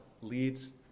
leads